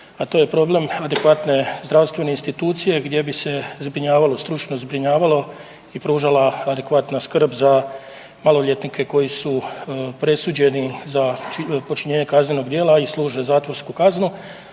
a to je problem adekvatne zdravstvene institucije gdje bi se zbrinjavalo, stručno zbrinjavalo i pružala adekvatna skrb za maloljetnike koji su presuđeni za počinjenje kaznenog djela i služe zatvorsku kaznu